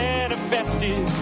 Manifested